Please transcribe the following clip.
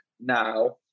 now